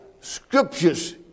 scriptures